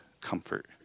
comfort